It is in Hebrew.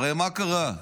הרי מה קרה?